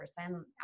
person